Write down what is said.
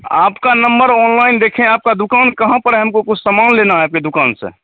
आपका number online देखें आपकी दुकान कहाँ पर है हमको कुछ सामान लेना है आपकी दूकान से